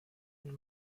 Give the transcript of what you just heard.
and